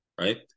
right